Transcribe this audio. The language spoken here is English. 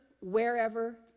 wherever